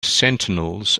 sentinels